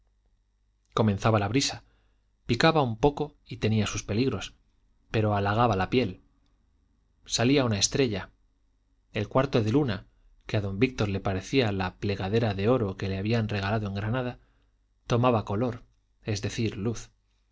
comenzaba la brisa picaba un poco y tenía sus peligros pero halagaba la piel salía una estrella el cuarto de luna que a don víctor le parecía la plegadera de oro que le habían regalado en granada tomaba color es decir luz